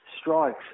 strikes